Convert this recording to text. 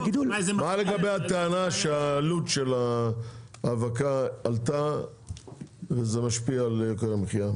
מה לגבי הטענה שהעלות של האבקה עלתה וזה משפיע על יוקר המחיה?